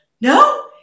no